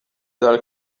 dal